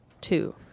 Two